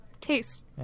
Taste